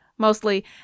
Mostly